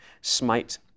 smite